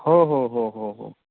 हो हो हो हो